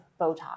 Botox